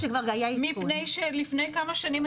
מפני שלפני כמה שנים,